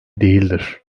değildir